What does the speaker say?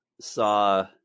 saw